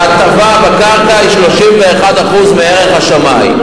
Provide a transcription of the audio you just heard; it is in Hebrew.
ההטבה בקרקע היא 31% מערך השמאי.